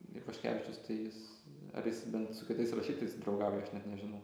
ivaškevičius tai jis ar jis bent su kitais rašytojais draugauja aš net nežinau